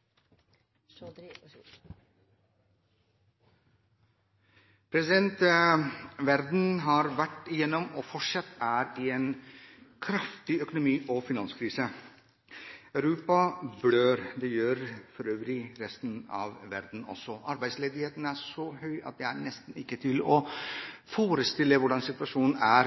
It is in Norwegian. i en kraftig økonomi- og finanskrise. Europa blør. Det gjør for øvrig resten av verden også. Arbeidsledigheten er så høy at det er nesten ikke mulig å forestille seg hvordan situasjonen er